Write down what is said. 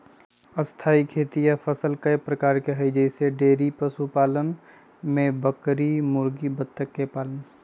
स्थाई खेती या फसल कय प्रकार के हई जईसे डेइरी पशुपालन में बकरी मुर्गी बत्तख के पालन